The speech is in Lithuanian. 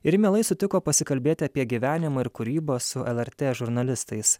ir mielai sutiko pasikalbėti apie gyvenimą ir kūrybą su lrt žurnalistais